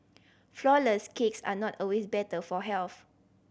flourless cakes are not always better for health